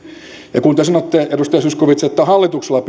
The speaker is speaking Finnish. ja kun te sanoitte edustaja zyskowicz että hallituksella